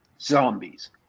zombies